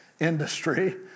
industry